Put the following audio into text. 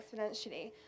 exponentially